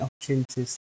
opportunities